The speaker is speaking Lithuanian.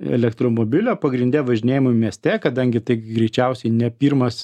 elektromobilio pagrinde važinėjimui mieste kadangi tai greičiausiai ne pirmas